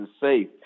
safe